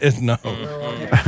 No